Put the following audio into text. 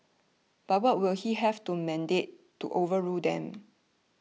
but will he have the mandate to overrule them